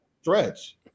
stretch